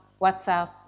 WhatsApp